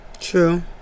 True